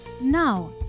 Now